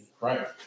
Right